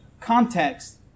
context